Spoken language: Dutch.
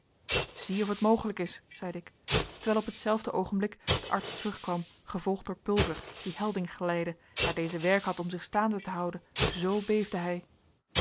zie of het mogelijk is zeide ik terwijl op hetzelfde oogenblik de arts terugkwam gevolgd door pulver die helding geleidde daar deze werk had om zich staande te houden zoo beefde hij